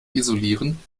isolieren